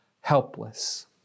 helpless